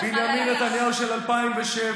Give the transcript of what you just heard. בנימין נתניהו של 2007,